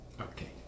Okay